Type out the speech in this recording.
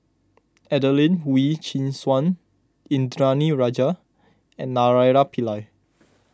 Adelene Wee Chin Suan Indranee Rajah and Naraina Pillai